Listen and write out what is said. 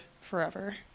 forever